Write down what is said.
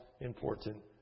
important